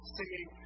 singing